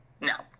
No